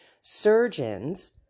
surgeons